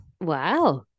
Wow